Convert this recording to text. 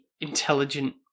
intelligent